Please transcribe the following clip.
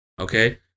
okay